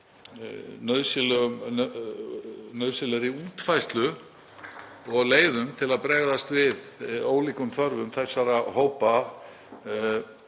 nauðsynlegri útfærslu og leiðum til að bregðast við ólíkum þörfum þessara hópa